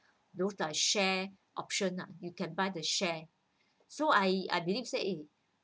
those like share option lah you can buy the share so I I believe say eh